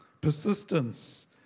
Persistence